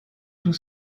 tout